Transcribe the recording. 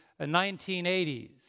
1980s